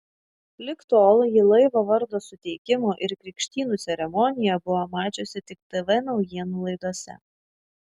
lig tol ji laivo vardo suteikimo ir krikštynų ceremoniją buvo mačiusi tik tv naujienų laidose